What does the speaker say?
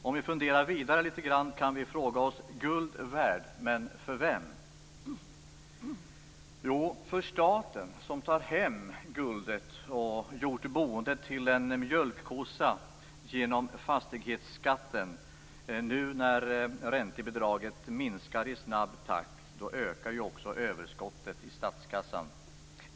Om vi funderar vidare lite grann kan vi fråga oss: Guld värd, men för vem? Jo, för staten som tar hem guldet och gjort boendet till en mjölkkossa med hjälp av fastighetsskatten. Nu när räntebidragen minskar i snabb takt ökar också överskottet i statskassan.